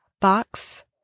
box